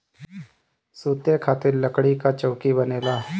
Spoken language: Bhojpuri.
सुते खातिर लकड़ी कअ चउकी बनेला